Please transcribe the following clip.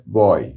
boy